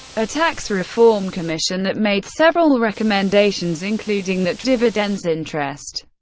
a tax reform commission that made several recommendations including that dividends, interest,